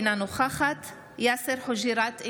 אינה נוכחת יאסר חוג'יראת,